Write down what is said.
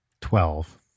twelve